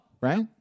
Right